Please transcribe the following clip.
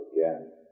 again